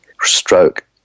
stroke